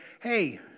hey